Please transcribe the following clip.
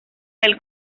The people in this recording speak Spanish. del